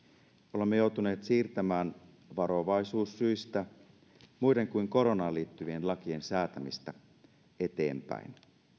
olemme joutuneet varovaisuussyistä siirtämään muiden kuin koronaan liittyvien lakien säätämistä eteenpäin